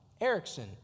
Erickson